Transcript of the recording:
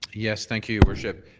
yes, thank you, your worship.